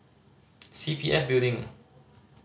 C P F Building